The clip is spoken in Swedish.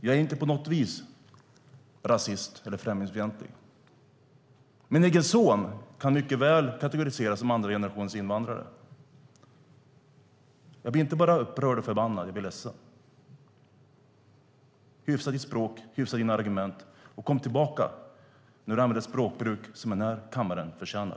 Jag är inte på något vis rasist eller främlingsfientlig. Min egen son kan mycket väl kategoriseras som andra generationens invandrare. Jag blir inte bara upprörd och förbannad. Jag blir ledsen. Hyfsa ditt språk och hyfsa dina argument, Patrik Björck, och kom tillbaka när du har ett språkbruk som den här kammaren förtjänar!